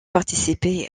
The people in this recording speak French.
participé